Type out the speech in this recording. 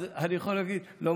אז אני יכול לומר שזה,